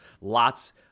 lots